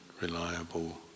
reliable